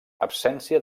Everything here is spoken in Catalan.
absència